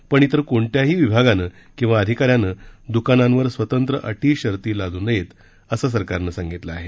पण इतर कोणत्याही विभागानं किंवा अधिकाऱ्यानं दुकानांवर स्वतंत्र अटी शर्ती लाद् नये असं सरकारनं सांगितलं आहे